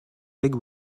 big